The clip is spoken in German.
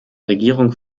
regierung